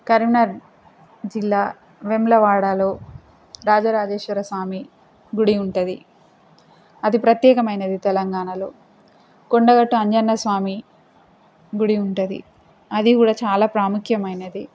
కరీంనగర్ జిల్లా వేములవాడాలో రాజరాజేశ్వర స్వామి గుడి ఉంటుంది అది ప్రత్యేకమైనది తెలంగాణలో కొండగట్టు అంజన్న స్వామి గుడి ఉంటుంది అది కూడా చాలా ప్రాముఖ్యమైనది